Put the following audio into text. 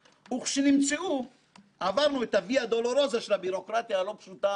כל חבלי הלידה הצדיקו את התוצאה המדהימה שהתקבלה מעבודה